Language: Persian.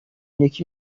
یکی